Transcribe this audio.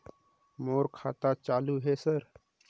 मोर खाता चालु हे सर?